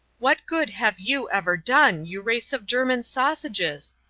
what good have you ever done, you race of german sausages?